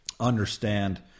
understand